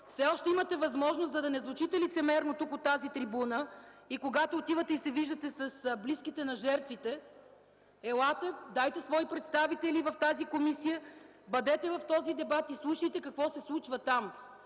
все още имате възможност, за да не звучите лицемерно тук, от тази трибуна, и когато отивате и се виждате с близките на жертвите, елате, дайте свои представители в тази комисия, бъдете в този дебат и слушайте какво се случва там.